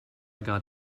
got